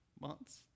months